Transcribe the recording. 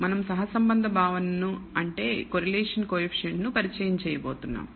మనం సహసంబంధ భావన ను పరిచయం చేయబోతున్నాం